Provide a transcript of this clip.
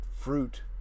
fruit